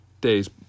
days